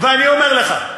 ואני אומר לך: